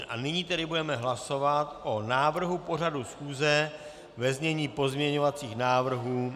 A nyní tedy budeme hlasovat o návrhu pořadu schůze ve znění pozměňovacích návrhů.